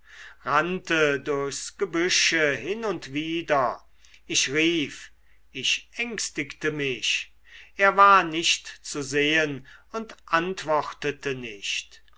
rannte durchs gebüsche hin und wider ich rief ich ängstigte mich er war nicht zu sehen und antwortete nicht